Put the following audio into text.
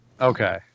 Okay